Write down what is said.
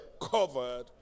covered